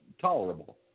tolerable